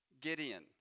Gideon